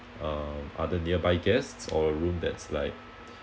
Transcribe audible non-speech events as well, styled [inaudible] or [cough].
uh other nearby guests or room that's like [breath]